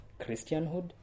Christianhood